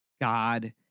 God